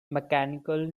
mechanical